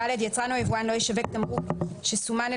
(ד)יצרן או יבואן לא ישווק תמרוק שסומן על